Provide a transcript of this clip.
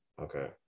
Okay